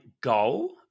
goal